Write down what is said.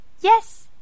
yes